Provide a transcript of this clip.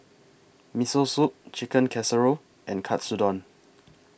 Miso Soup Chicken Casserole and Katsudon